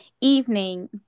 evening